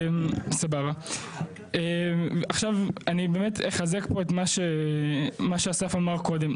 אני באמת אחזק פה את מה שאסף אמר קודם.